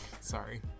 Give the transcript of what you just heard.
Sorry